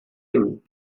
him